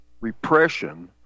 repression